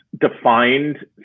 defined